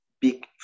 big